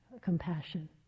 compassion